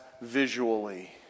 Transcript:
visually